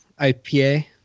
IPA